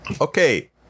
Okay